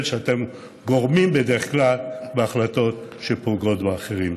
שאתם גורמים בדרך כלל בהחלטות שפוגעות באחרים.